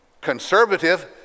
conservative